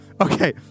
okay